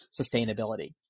sustainability